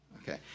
okay